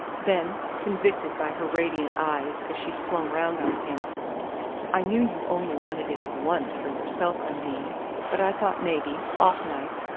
then, convicted by her radiant eyes as she swung round on him i knew you only wanted it once for yourself. undine but i thought maybe, off nights,